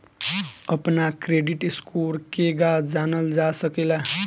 अपना credit score केगा जानल जा सकेला?